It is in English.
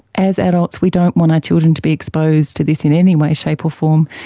as adults we don't want our children to be exposed to this in any way, shape or form,